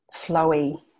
flowy